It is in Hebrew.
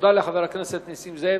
תודה לחבר הכנסת נסים זאב.